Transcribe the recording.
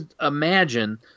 imagine